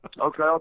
Okay